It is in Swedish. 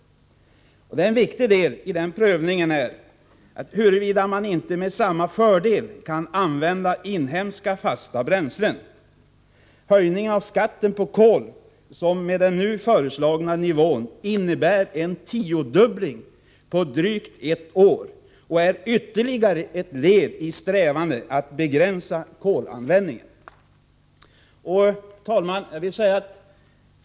En viktig deli den prövningen är huruvida man inte med samma fördel kan använda inhemska fasta bränslen. Höjningen av skatten på kol, som med den nu föreslagna nivån innebär en tiodubbling på drygt ett år, är ytterligare ett led i strävandena att begränsa kolanvändningen. Herr talman!